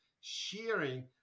sharing